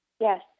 Yes